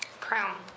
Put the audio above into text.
Crown